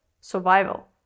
survival